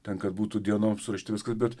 ten kad būtų dienom surašyta viskas bet